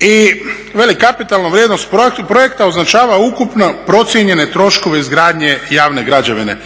i veli kapitalnu vrijednost projekta označava ukupno procijenjene troškove izgradnje javne građevine.